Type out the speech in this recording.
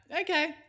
okay